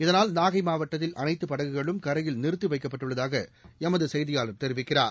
இதனால் நாகை மாவட்டத்தில் அனைத்து படகுகளும் கரையில் நிறுத்தி வைக்கப்பட்டுள்ளதாக எமது செய்தியாளர் தெரிவிக்கிறார்